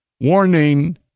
Warning